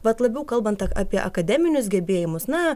vat labiau kalbant apie akademinius gebėjimus na